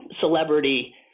celebrity